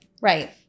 Right